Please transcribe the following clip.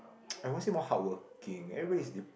ppo I won't say more hardworking everybody is